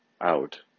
out